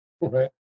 Right